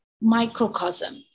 microcosm